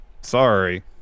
Sorry